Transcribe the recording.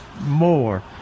more